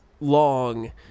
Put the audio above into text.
long